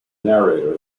narrator